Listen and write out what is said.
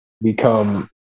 become